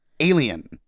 Alien